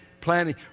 planning